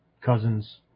cousin's